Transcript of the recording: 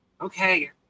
Okay